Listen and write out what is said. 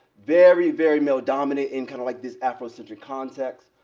very, very male dominated in kind of like this afrocentric context.